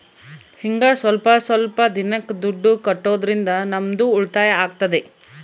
ಹಿಂಗ ಸ್ವಲ್ಪ ಸ್ವಲ್ಪ ದಿನಕ್ಕ ದುಡ್ಡು ಕಟ್ಟೋದ್ರಿಂದ ನಮ್ಗೂ ಉಳಿತಾಯ ಆಗ್ತದೆ